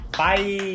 bye